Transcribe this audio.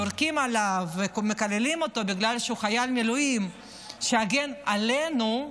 יורקים עליו ומקללים אותו בגלל שהוא חייל מילואים שהגן עלינו.